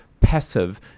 passive